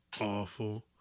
Awful